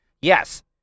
Yes